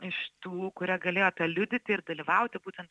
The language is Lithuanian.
iš tų kurie galėjo liudyti ir dalyvauti būtent